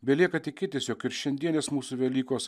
belieka tikėtis jog ir šiandienės mūsų velykos